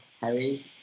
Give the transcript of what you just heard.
Harry